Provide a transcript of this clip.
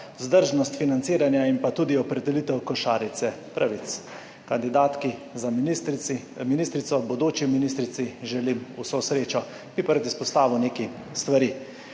vzdržnost financiranja in pa tudi opredelitev košarice pravic. Kandidatki za ministrico, bodoči ministrici želim vso srečo, bi pa rad izpostavil nekaj stvari.